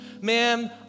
Man